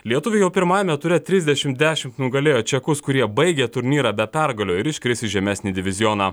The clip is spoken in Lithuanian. lietuviai jau pirmajame ture trisdešim dešimt nugalėjo čekus kurie baigė turnyrą be pergalių ir iškris į žemesnį divizioną